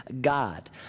God